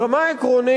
ברמה המעשית,